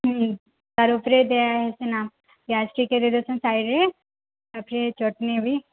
ତା'ର୍ ଉପରେ ଦିଆ ହେଇ ସିନା ପିଆଜ ଟିକେ ଦେଇ ଦଉଛନ୍ତି ସାଇଡ଼୍ରେ ତାପରେ ଚଟନି ବି